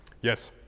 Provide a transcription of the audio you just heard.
yes